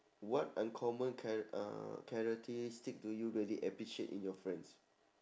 what uncommon char~ uh characteristic do you really appreciate in your friends